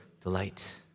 delight